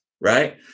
Right